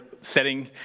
setting